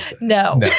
No